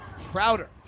Crowder